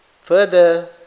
further